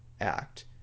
act